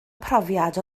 profiad